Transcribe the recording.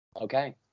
Okay